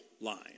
line